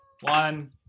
one